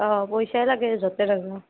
অ পইছাই লাগে য'তে নাযাওঁ